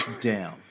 down